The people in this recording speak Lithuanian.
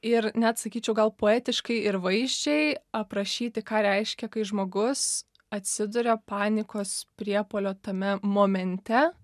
ir net sakyčiau gal poetiškai ir vaizdžiai aprašyti ką reiškia kai žmogus atsiduria panikos priepuolio tame momente